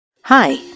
Hi